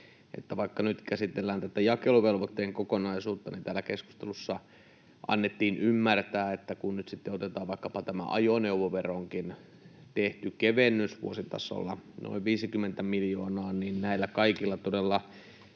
vaikka nyt käsitellään tätä jakeluvelvoitteen kokonaisuutta, niin täällä keskustelussa annettiin ymmärtää, että kun nyt sitten otetaan vaikkapa tämä ajoneuvoveroonkin tehty kevennys — vuositasolla noin 50 miljoonaa — niin näillä kaikilla todella